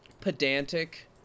pedantic